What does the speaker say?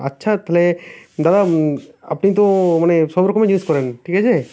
আচ্ছা তাহলে দাদা আপনি তো মানে সব রকমই জিনিস করেন ঠিক আছে